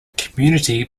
community